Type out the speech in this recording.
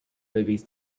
movies